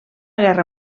guerra